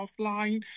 offline